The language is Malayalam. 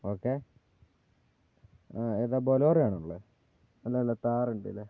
ഓക്കേ ഏതാ ബൊലേറൊയാണോ ഉള്ളത് അല്ല അല്ല ഥാർ ഉണ്ടല്ലേ